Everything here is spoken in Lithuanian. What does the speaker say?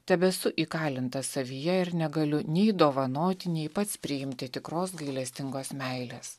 tebesu įkalintas savyje ir negaliu nei dovanoti nei pats priimti tikros gailestingos meilės